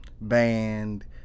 band